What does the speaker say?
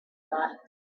thought